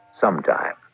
Sometime